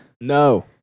No